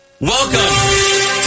Welcome